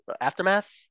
aftermath